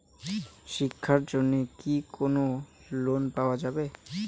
শিক্ষার জন্যে কি কোনো লোন পাওয়া যাবে?